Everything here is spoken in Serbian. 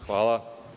Hvala.